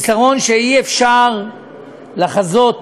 שאי-אפשר לחזות